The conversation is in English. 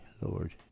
Lord